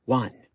one